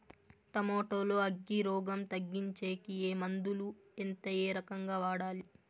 Tomato లో అగ్గి రోగం తగ్గించేకి ఏ మందులు? ఎంత? ఏ రకంగా వాడాలి?